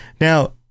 Now